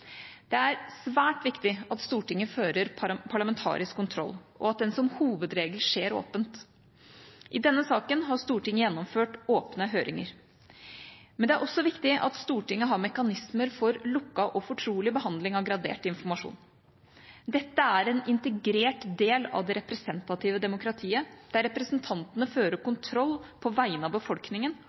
Det er svært viktig at Stortinget fører parlamentarisk kontroll, og at den som hovedregel skjer åpent. I denne saken har Stortinget gjennomført åpne høringer, men det er også viktig at Stortinget har mekanismer for lukket og fortrolig behandling av gradert informasjon. Dette er en integrert del av det representative demokratiet, der representantene fører kontroll på vegne av befolkningen